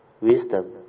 wisdom